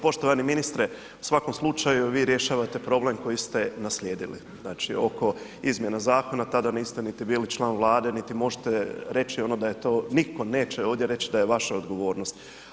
Poštovani ministre, u svakom slučaju vi rješavate problem koji ste naslijedili, znači oko izmjena zakona tada niste niti bili član Vlade niti možete reći da je to, nitko neće ovdje reći da je vaša odgovornost.